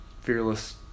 fearless